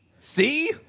See